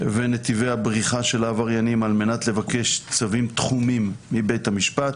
ונתיבי הבריחה של העבריינים על מנת לבקש צווים תחומים מבית המשפט,